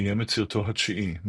ביים את סרטו התשיעי,